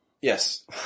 Yes